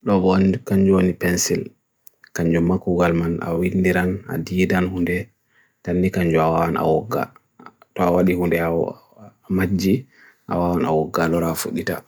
Ko jowii hite wawde pencil so bartan mo to waawdi?